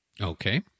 Okay